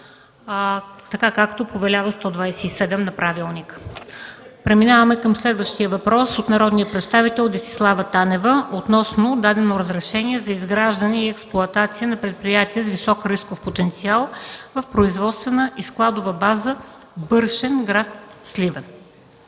така както повелява чл. 127 от Правилника. Преминаваме към следващия въпрос – от народния представител Десислава Танева, относно дадено разрешение за изграждане и експлоатация на предприятие с висок рисков потенциал в „Производствена и складова база – Бършен”, град Сливен.